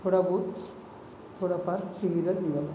थोडाबहुत थोडाफार सिमिलर निघाला